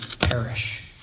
perish